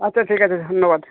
আচ্ছা ঠিক আছে ধন্যবাদ